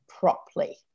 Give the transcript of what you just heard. properly